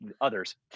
others